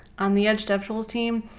on the edge devtools team,